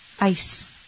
ice